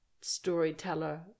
storyteller